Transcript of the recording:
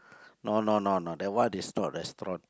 no no no no that one is not restaurant